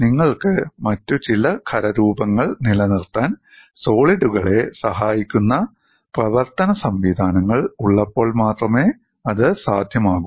നിങ്ങൾക്ക് മറ്റ് ചില ഖരരൂപങ്ങൾ നിലനിർത്താൻ സോളിഡുകളെ സഹായിക്കുന്ന പ്രവർത്തന സംവിധാനങ്ങൾ ഉള്ളപ്പോൾ മാത്രമേ ഇത് സാധ്യമാകൂ